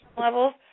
levels